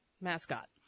mascot